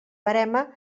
verema